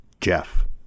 JEFF